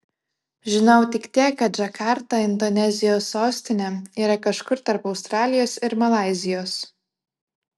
žinojau tik tiek kad džakarta indonezijos sostinė yra kažkur tarp australijos ir malaizijos